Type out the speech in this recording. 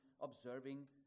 observing